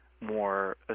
more